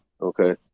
okay